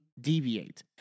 deviate